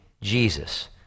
Jesus